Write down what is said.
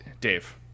dave